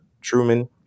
truman